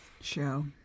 show